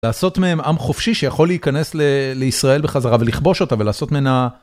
לעשות מהם עם חופשי שיכול להיכנס לישראל בחזרה ולכבוש אותה ולעשות ממנה...